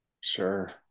Sure